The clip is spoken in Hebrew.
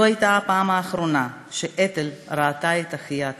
זו הייתה הפעם האחרונה שאתל ראתה את אחיה הקטן.